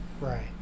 right